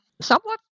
somewhat